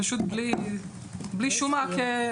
בלי שום מעקה,